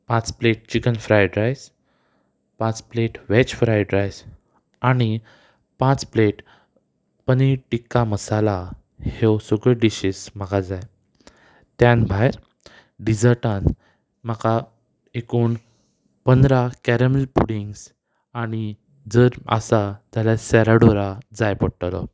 पांच plate chicken fried rice पांच plate veg fried rice आनी पांच प्लेट पनीर टिक्का मसाला ह्यो सगळ्यो डिशीज म्हाका जाय त्या भायर डिजर्टान म्हाका एकूण पंदरा कॅरेमेल पुडिंग्स आनी जर आसा जाल्यार सॅराडुरा जाय पडटलो